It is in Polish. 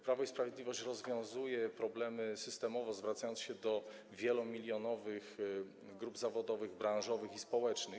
Prawo i Sprawiedliwość rozwiązuje problemy systemowo, zwracając się do wielomilionowych grup zawodowych, branżowych i społecznych.